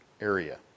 area